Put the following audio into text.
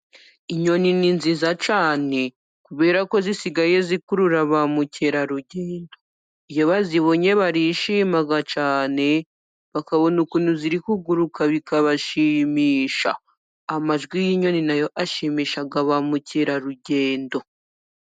Inyoni ni nziza cyane kubera ko zisigaye zikurura ba mucyerarugendo, iyo bazibonye barishima cyane bakabona ukuntu ziri kuguruka bikabashimisha, amajwi y'inyoni na yo ashimisha ba mucyerarugendo.